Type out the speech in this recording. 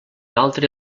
altre